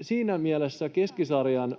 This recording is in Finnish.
Siinä mielessä Keskisarjan